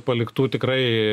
paliktų tikrai